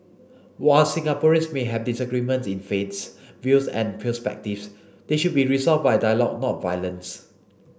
while Singaporeans may have disagreement in faiths views and perspectives they should be resolved by dialogue not violence